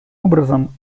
образом